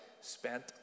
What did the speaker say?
spent